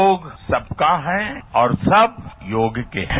योग सबका है और सब योग के है